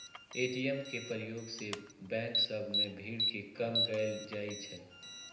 ATM के प्रयोग से बैंक सभ में भीड़ के कम कएल जाइ छै